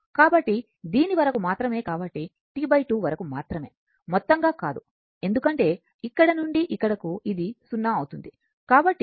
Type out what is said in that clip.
కాబట్టి దీని వరకు మాత్రమే కాబట్టి T 2 వరకు మాత్రమే మొత్తంగా కాదు ఎందుకంటే ఇక్కడ నుండి ఇక్కడకు ఇది 0 అవుతుంది